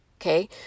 Okay